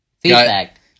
Feedback